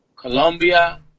Colombia